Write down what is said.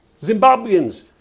Zimbabweans